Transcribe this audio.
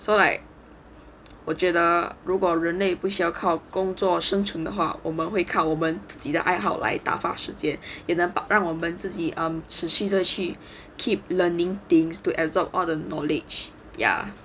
so like 我觉得如果人类不需要靠工作生存的话我们会靠我们自己的爱好来打发时间也能保障我们自己 um 持续地去 keep learning things to absorb all the knowledge ya